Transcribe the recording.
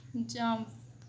jump